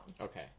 Okay